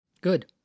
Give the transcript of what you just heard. Good